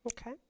Okay